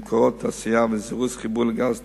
ממקורות תעשייה וזירוז חיבור לצינור גז טבעי,